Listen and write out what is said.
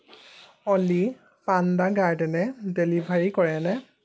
অ'লি পাণ্ডা গাৰ্ডেনে ডেলিভাৰী কৰেনে